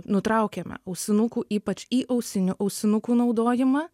nutraukiame ausinukų ypač įausinių ausinukų naudojimą